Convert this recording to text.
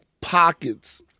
pockets